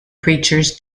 preachers